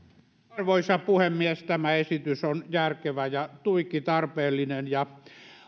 arvoisa puhemies tämä esitys on järkevä ja tuiki tarpeellinen